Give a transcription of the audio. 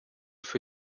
für